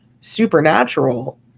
Supernatural